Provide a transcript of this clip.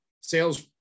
sales